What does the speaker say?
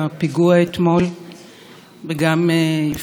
וגם הפגין גבורה, אומץ לב